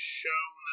shown